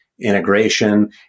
integration